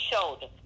shoulder